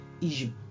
issue